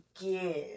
give